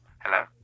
Hello